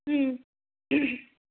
उम